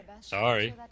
Sorry